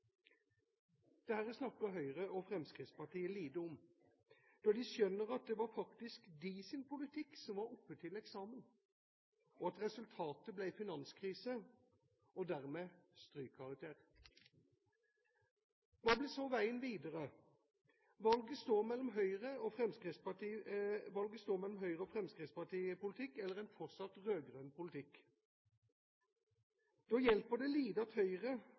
styring. Dette snakker Høyre og Fremskrittspartiet lite om, for de skjønner at det var faktisk deres politikk som var oppe til eksamen, og at resultatet ble finanskrise og dermed strykkarakter. Hva blir så veien videre? Valget står mellom Høyre–Fremskrittsparti-politikk og en fortsatt rød-grønn politikk. Da hjelper det lite at Høyre